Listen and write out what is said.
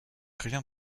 rien